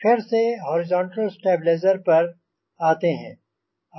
फिर से horizontal stabiliser पर आते हैं